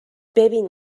ببین